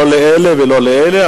לא לאלה ולא לאלה,